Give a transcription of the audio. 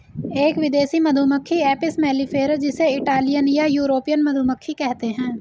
एक विदेशी मधुमक्खी एपिस मेलिफेरा जिसे इटालियन या यूरोपियन मधुमक्खी कहते है